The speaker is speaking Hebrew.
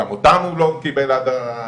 גם אותם הוא לא קיבל בינתיים.